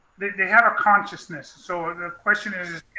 they have a consciousness. so the question is,